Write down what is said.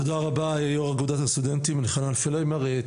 תודה רבה יו"ר אגודת הסטודנטים, אלחנן פלהיימר.